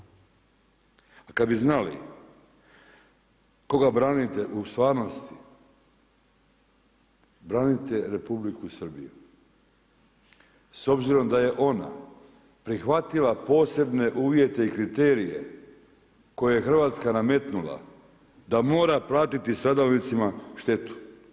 A kada bi znali koga branite u stvarnosti, branite Republiku Srbiju s obzirom da je ona prihvatila posebne uvjete i kriterije koje je Hrvatska nametnula da mora platiti stradalnicima štetu.